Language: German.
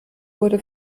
wurde